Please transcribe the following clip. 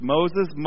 Moses